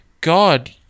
God